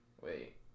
Wait